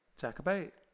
Jacobite